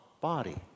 body